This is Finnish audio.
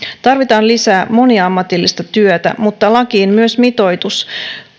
tarvitaan lisää moniammatillista työtä mutta lakiin myös mitoitus